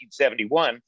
1971